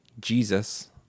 Jesus